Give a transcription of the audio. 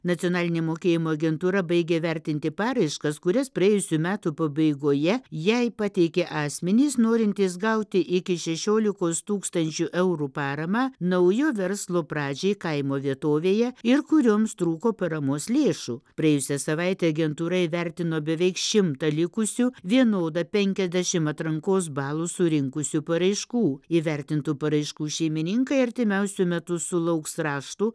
nacionalinė mokėjimo agentūra baigė vertinti paraiškas kurias praėjusių metų pabaigoje jai pateikė asmenys norintys gauti iki šešiolikos tūkstančių eurų paramą naujo verslo pradžiai kaimo vietovėje ir kurioms trūko paramos lėšų praėjusią savaitę agentūra įvertino beveik šimtą likusių vienodą penkiasdešim atrankos balų surinkusių paraiškų įvertintų paraiškų šeimininkai artimiausiu metu sulauks raštų